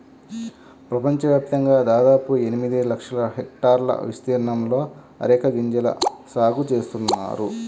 ప్రపంచవ్యాప్తంగా దాదాపు ఎనిమిది లక్షల హెక్టార్ల విస్తీర్ణంలో అరెక గింజల సాగు చేస్తున్నారు